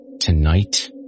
Tonight